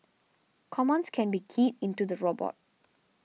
commands can be keyed into the robot